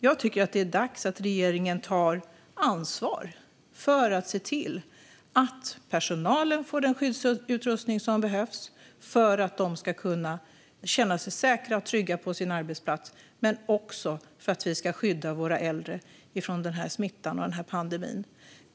Jag tycker att det är dags att regeringen tar ansvar för att se till att personalen får den skyddsutrustning som behövs för att de ska känna sig säkra och trygga på sin arbetsplats men också för att vi ska skydda våra äldre från smitta och pandemin.